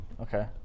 Okay